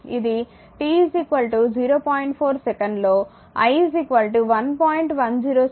4 సెకనులో i 1